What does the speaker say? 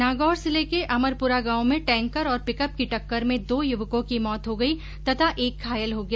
नागौर जिले के अमरपुरा गांव में टैंकर और पिकअप की टक्कर में दो युवकों की मौत हो गई तथा एक घायल हो गया